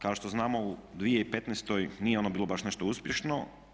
Kao što znamo u 2015. nije ono bilo baš nešto uspješno.